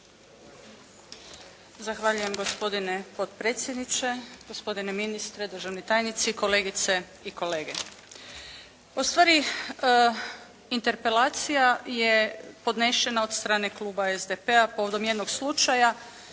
Zahvaljujem gospodine potpredsjedniče, gospodine ministre, državni tajnici, kolegice i kolege. Ustvari Interpelacija je podnešena od strane kluba SDP-a povodom jednog slučaja